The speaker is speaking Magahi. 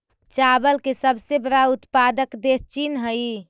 चावल के सबसे बड़ा उत्पादक देश चीन हइ